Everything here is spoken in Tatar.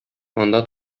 анда